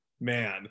man